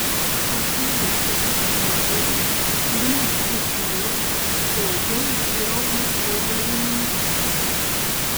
apie lietuvos vidurį link dzūkijos daugiau vyrauja augalininkystė